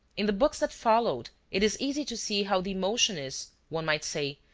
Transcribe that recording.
in the books that followed it is easy to see how the emotion is, one might say,